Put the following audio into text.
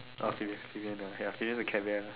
okay okay he use fission ya he use the cat bear